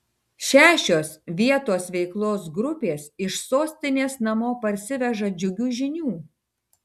šešios vietos veiklos grupės iš sostinės namo parsiveža džiugių žinių